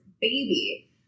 baby